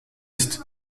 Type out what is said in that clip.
ist